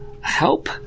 help